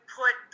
put